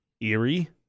Eerie